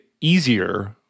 easier